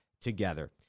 together